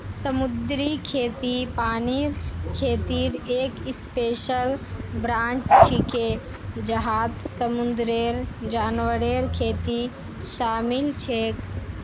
समुद्री खेती पानीर खेतीर एक स्पेशल ब्रांच छिके जहात समुंदरेर जानवरेर खेती शामिल छेक